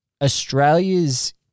Australia's